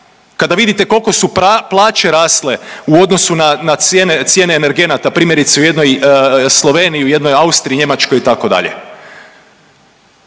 Kada vidite koliko su plaće rasle u odnosnu na, na cijene energenata primjerice u jednoj Sloveniji, u jednoj Austriji, Njemačkoj itd.